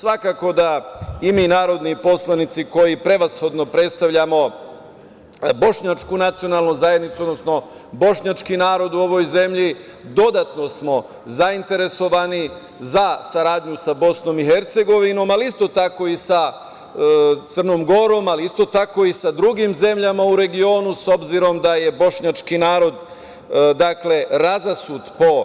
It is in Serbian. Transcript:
Svakako, da i mi narodni poslanici koji prevashodno predstavljamo Bošnjačku nacionalnu zajednicu, odnosno bošnjački narod u ovoj zemlji, dodatno smo zainteresovani za saradnju sa BiH, ali isto tako i sa Crnom Gorom, ali isto tako i sa drugim zemljama u regionu, s obzirom da je bošnjački narod, dakle razasut po